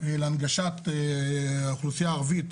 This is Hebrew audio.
להנגשת האוכלוסייה הערבית,